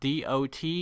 dot